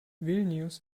vilnius